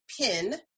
pin